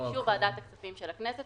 ובאישור ועדת הכספים של הכנסת,